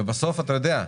בסוף, אתה יודע,